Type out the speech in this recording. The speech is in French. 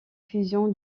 fusion